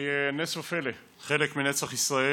היא נס ופלא, חלק מנצח ישראל,